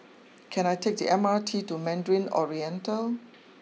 can I take the M R T to Mandarin Oriental